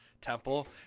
temple